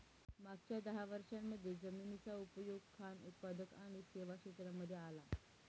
मागच्या दहा वर्षांमध्ये जमिनीचा उपयोग खान उत्पादक आणि सेवा क्षेत्रांमध्ये आला